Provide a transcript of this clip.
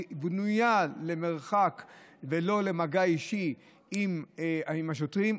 שבנוי למרחק ולא למגע אישי עם השוטרים,